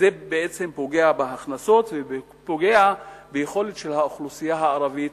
זה בעצם פוגע בהכנסות ופוגע ביכולת של האוכלוסייה הערבית